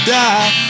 die